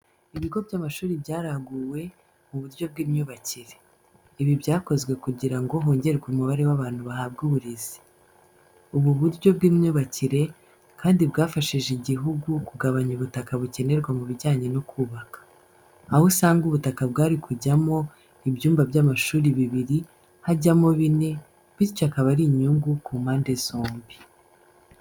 Ibigo by’amashuri byaraguwe mu buryo bw’imyubakire, ibi byakozwe kugira ngo hongerwe umubare w’abantu bahabwa uburezi. Ubu uburyo bw’imyubakire, kandi bwafashije igihugu kugabanya ubutaka bukenerwa mu bijyanye no kubaka. Aho usanga ubutaka bwari kujyamo ibyumba by’amashuri bibiri hakajyamo bine, bityo akaba ari inyungu ku mpande zombi.